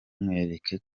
mwereke